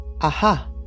Aha